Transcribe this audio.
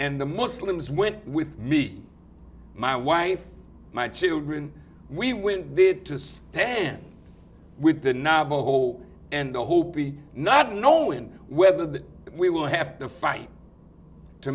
and the muslims went with me my wife my children we went there to stand with the novel whole and the hopi not knowing whether that we will have to fight to